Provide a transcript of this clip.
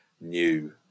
new